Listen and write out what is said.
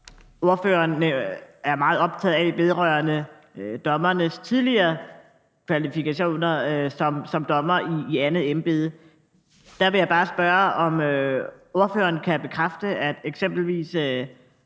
ordføreren er meget optaget af vedrørende dommernes tidligere kvalifikationer og virke som dommere i andet embede. Der vil jeg bare spørge, om ordføreren kan bekræfte, at eksempelvis